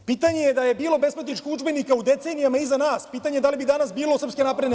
Pitanje je da je bilo besplatnih udžbenika u decenijama iza nas, pitanje je da li bi danas bilo SNS?